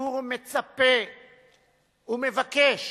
הציבור מצפה ומבקש